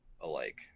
alike